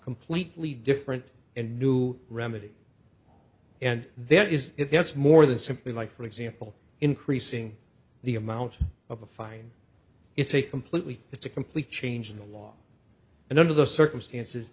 completely different and new remedy and there is if that's more than simply like for example increasing the amount of a fine it's a completely it's a complete change in the law and under the circumstances